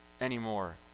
anymore